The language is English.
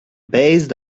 based